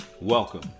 Welcome